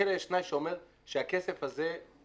יש תנאי שאומר שהכסף הזה,